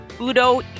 Udo